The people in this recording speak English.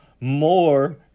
more